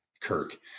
Kirk